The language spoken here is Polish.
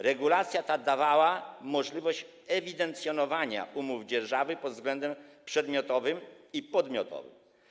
Regulacja ta dawała możliwość ewidencjonowania umów dzierżawy pod względem przedmiotowym i podmiotowym.